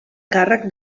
càrrec